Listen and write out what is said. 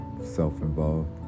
self-involved